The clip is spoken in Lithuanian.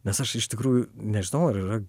nes aš iš tikrųjų nežinau ar yra